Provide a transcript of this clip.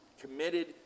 committed